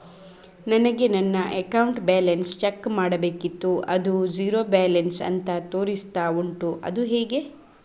ನನಗೆ ನನ್ನ account balance check ಮಾಡ್ಲಿಕ್ಕಿತ್ತು ಅದು ಝೀರೋ ಬ್ಯಾಲೆನ್ಸ್ ಅಂತ ತೋರಿಸ್ತಾ ಉಂಟು ಅದು ಹೇಗೆ?